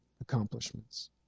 accomplishments